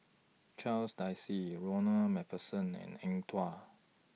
Charles Dyce Ronald MacPherson and Eng Tow